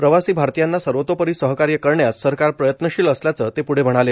प्रवासी भारतीयांना सर्वतोपरी सहकार्य करण्यास सरकार प्रयत्नशील असल्याचं ते पृढं म्हणाले